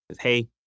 hey